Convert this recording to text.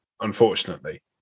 unfortunately